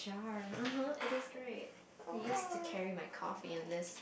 (uh huh) it is great he used to carry my coffee and this